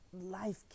life